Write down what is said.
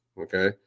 okay